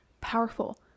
powerful